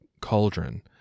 cauldron